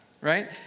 right